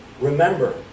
Remember